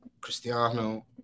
Cristiano